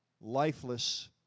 lifeless